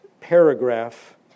paragraph